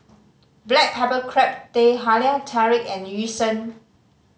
black pepper crab Teh Halia Tarik and Yu Sheng